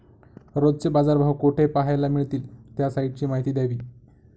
रोजचे बाजारभाव कोठे पहायला मिळतील? त्या साईटची माहिती द्यावी